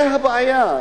זה הבעיה,